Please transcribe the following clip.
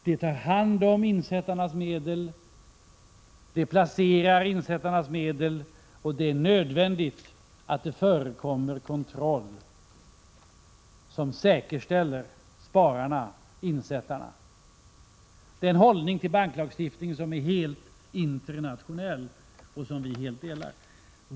De tar hand om insättarnas medel och placerar dessa, och det är nödvändigt att det förekommer kontroll som säkerställer spararnas insättningar. Det är en hållning till banklagstiftning som är helt internationell och som vi helt delar.